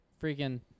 freaking